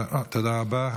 תודה רבה.